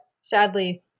sadly